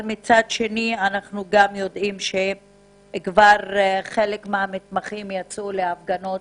יודעים שחלק מהמתמחים יצאו להפגנות